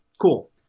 Cool